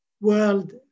world